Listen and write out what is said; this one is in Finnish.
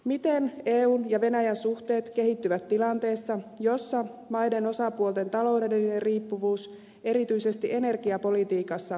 miten eun ja venäjän suhteet kehittyvät tilanteessa jossa osapuolten taloudellinen riippuvuus erityisesti energiapolitiikassa on vahva